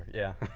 yeah.